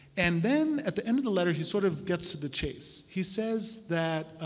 and then at the end of the letter he sort of gets to the chase. he says that